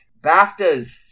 BAFTAs